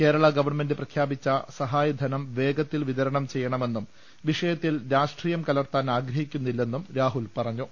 Kerala government പ്രഖ്യാപിച്ച സഹായധനം വേഗ്ത്തിൽ വിതരണം ചെയ്യണമെന്നും വിഷയത്തിൽ രാഷ്ട്രീയം കല്ലർത്താൻ ആഗ്ര ഹിക്കുന്നില്ലെന്നും രാഹുൽ പറഞ്ഞു